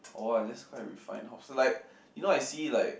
oh I just quite refine hop it's like you know I see like